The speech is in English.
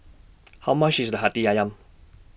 How much IS Hati Ayam